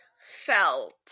felt